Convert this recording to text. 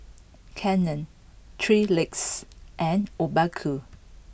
Canon Three Legs and Obaku